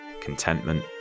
contentment